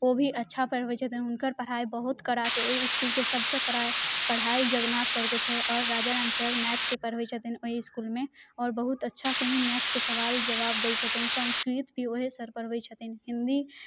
ओ भी अच्छा पढ़बै छथिन हुनकर पढ़ाइ बहुत कड़ा छै ओइ इसकूल सभसँ कड़ा पढ़ाइ जगन्नाथ सरके छै आओर राजा राम सर मैथके पढ़बै छथिन ओइ इसकूलमे आओर बहुत अच्छासँ ही मैथके सवाल जवाब दै छथिन संसकृत भी ओहे सर पढ़बै छथिन हिन्दी